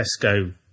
Tesco